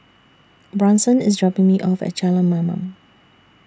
Bronson IS dropping Me off At Jalan Mamam